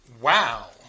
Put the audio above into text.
Wow